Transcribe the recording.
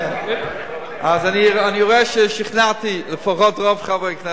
אז אני רואה ששכנעתי לפחות את רוב חברי הכנסת.